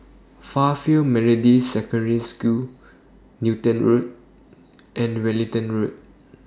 Fairfield Methodist Secondary School Newton Road and Wellington Road